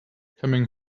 coming